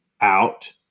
out